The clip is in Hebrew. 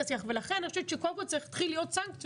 ולכן אני חושבת שקודם כל צריכות להיות סנקציות.